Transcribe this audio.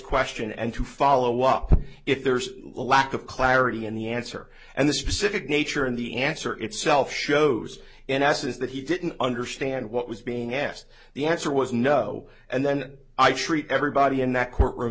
an end to follow up if there's a lack of clarity in the answer and the specific nature in the answer itself shows in essence that he didn't understand what was being asked the answer was no and then i treat everybody in that courtroom